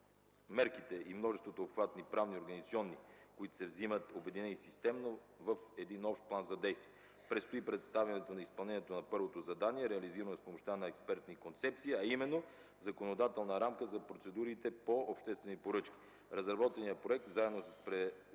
мерките, множеството обхватни, правни и организационни, които се взимат, обединени системно в един общ план за действие. Предстои представянето на изпълнението на първото задание, реализирано с помощта на експерти и концепция, а именно законодателна рамка за процедурите по обществени поръчки. Разработеният проект заедно с презентацията